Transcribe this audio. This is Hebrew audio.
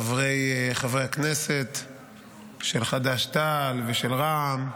חברי הכנסת של חד"ש-תע"ל ושל רע"מ.